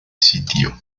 sitio